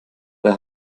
der